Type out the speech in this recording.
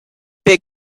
big